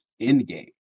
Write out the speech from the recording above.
Endgame